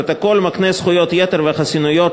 הפרוטוקול מקנה זכויות יתר וחסינויות